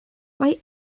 mae